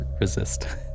Resist